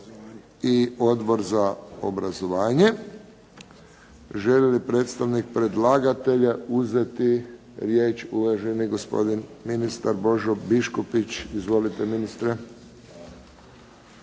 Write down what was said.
i Odbor za obrazovanje. Želi li predstavnik predlagatelja uzeti riječ? Uvaženi gospodin ministar Božo Biškupić. Izvolite ministre.